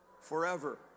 forever